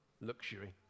luxury